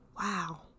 Wow